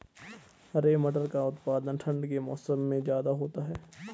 हरे मटर का उत्पादन ठंड के मौसम में ज्यादा होता है